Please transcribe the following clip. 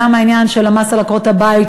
גם העניין של המס על עקרות-הבית,